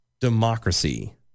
democracy